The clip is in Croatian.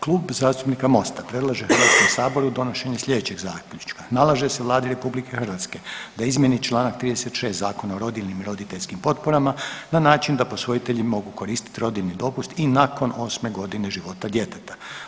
Klub zastupnika Mosta predlaže HS-u donošenje sljedećeg zaključka: Nalaže se Vladi RH da izmijeni čl. 36 Zakona o rodiljnim i roditeljskim potporama na način da posvojitelji mogu koristiti rodiljni dopust i nakon 8. g. života djeteta.